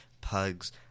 pugs